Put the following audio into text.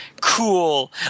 cool